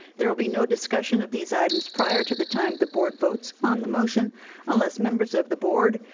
there will be no discussion of these items prior to the time the board votes on the motion unless members of the board,